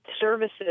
services